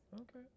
Okay